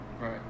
right